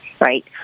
right